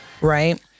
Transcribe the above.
right